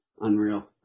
Unreal